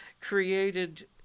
created